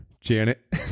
Janet